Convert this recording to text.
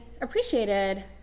appreciated